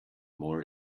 more